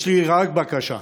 יש לי רק בקשה: